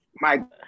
Mike